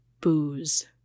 booze